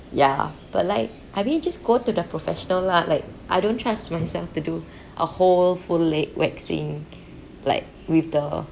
ya but like I mean just go to the professional lah like I don't trust myself to do a whole full leg waxing like with the